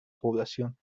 población